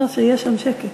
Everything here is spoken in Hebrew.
לא, שיהיה שם שקט